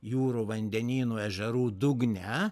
jūrų vandenynų ežerų dugne